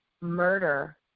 murder